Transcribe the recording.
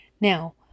Now